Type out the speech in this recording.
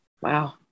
Wow